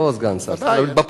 לא סגן שר, זה בפועל.